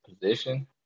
position